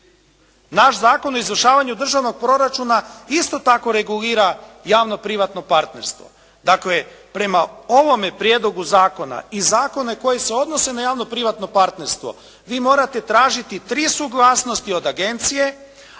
Naš Zakon o izvršavanju državnog proračuna isto tako regulira javno-privatno partnerstvo. Dakle, prema ovome prijedlogu zakona i zakone koji se odnose javno-privatno partnerstvo vi morate tražiti tri suglasnosti od agencije,